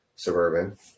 Suburban